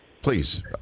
please